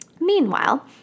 meanwhile